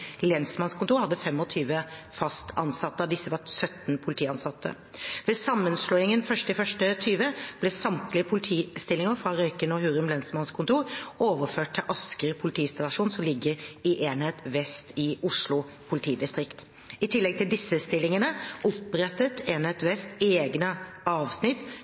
lensmannskontor hadde 25 fast ansatte, av disse var 17 politiansatte. Ved sammenslåingen 1. januar 2020 ble samtlige politistillinger ved Røyken og Hurum lensmannskontor overført til Asker politistasjon, som ligger i Enhet vest i Oslo politidistrikt. I tillegg til disse stillingene opprettet Enhet vest egne avsnitt